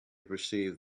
perceived